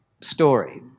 story